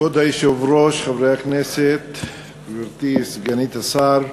כבוד היושב-ראש, חברי הכנסת, גברתי סגנית השר,